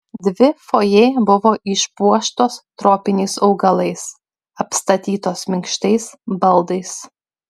dvi fojė buvo išpuoštos tropiniais augalais apstatytos minkštais baldais